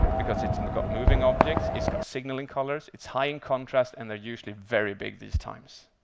because it's got moving objects, it's got signalling colours, it's high in contrast, and they're usually very big these times.